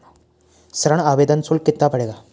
ऋण आवेदन शुल्क कितना पड़ेगा?